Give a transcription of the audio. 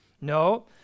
No